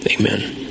Amen